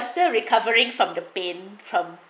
still recovering from the pain from